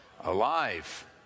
Alive